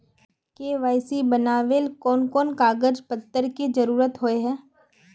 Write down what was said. KYC बनावेल कोन कोन कागज पत्र की जरूरत होय है?